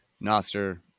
Noster